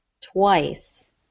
Twice